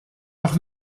noch